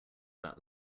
that